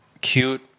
cute